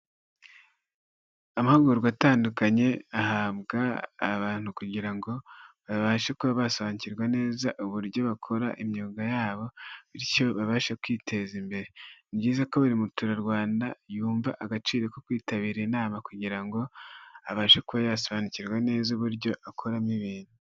Amahugurwa atandukanye ahabwa abantu kugira ngo babashe kuba basobanukirwa neza uburyo bakora imyuga yabo, bityo babashe kwiteza imbere, ni byiza ko buri muturarwanda yumva agaciro ko kwitabira inama, kugira ngo abashe kubayasobanukirwa neza uburyo akoramo ibintu.